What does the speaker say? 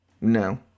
no